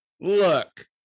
look